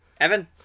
evan